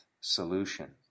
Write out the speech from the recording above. solution